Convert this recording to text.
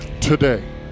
today